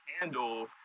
handle